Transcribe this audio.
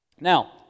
Now